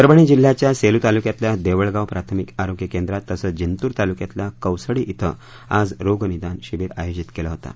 परभणी जिल्ह्याच्या सेलू तालुक्यातल्या देवळगाव प्राथमिक आरोग्य केंद्रात तसंच जिंतूर तालुक्यातल्या कौसडी आज रोगनिदान शिबिर आयोजित केलं होतं